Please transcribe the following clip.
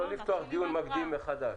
לא לפתוח דיון מקדים מחדש.